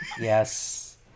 Yes